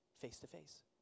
face-to-face